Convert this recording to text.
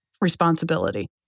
responsibility